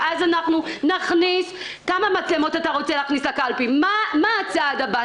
אז נכניס מצלמות לקלפי ומה יהיה הצעד הבא?